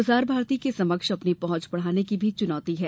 प्रसार भारती के समक्ष अपनी पहुंच बढ़ाने की भी चुनौती है